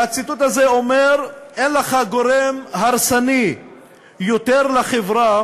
והציטוט הזה אומר: אין לך גורם הרסני יותר לחברה